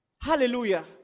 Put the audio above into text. Hallelujah